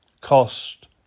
cost